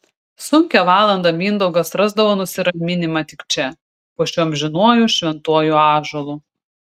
sunkią valandą mindaugas rasdavo nusiraminimą tik čia po šiuo amžinuoju šventuoju ąžuolu